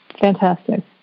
Fantastic